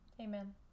Amen